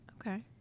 Okay